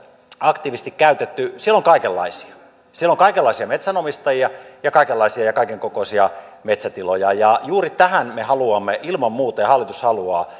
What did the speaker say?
aktiivisesti käytetty siellä on kaikenlaisia siellä on kaikenlaisia metsänomistajia ja kaikenlaisia ja kaikenkokoisia metsätiloja juuri tähän me haluamme ilman muuta ja hallitus haluaa